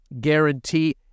guarantee